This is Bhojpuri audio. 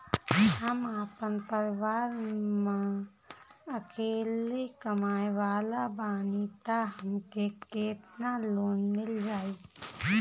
हम आपन परिवार म अकेले कमाए वाला बानीं त हमके केतना लोन मिल जाई?